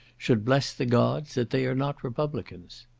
should bless the gods that they are not republicans.